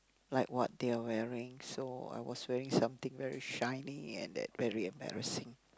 like what they are wearing so I was wearing something very shiny and then very embarrassing